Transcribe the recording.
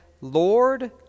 Lord